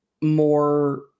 more